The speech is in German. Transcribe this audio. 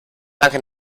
danke